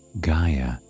Gaia